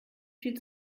viel